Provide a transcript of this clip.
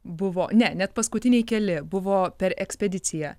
buvo ne net paskutiniai keli buvo per ekspediciją